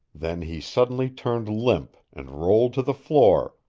then he suddenly turned limp and rolled to the floor,